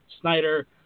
Snyder